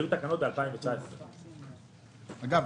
אגב,